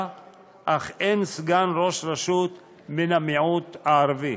אך אין סגן ראש רשות מן המיעוט הערבי.